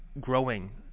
growing